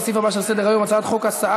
לסעיף הבא שעל סדר-היום: הצעת חוק הסעה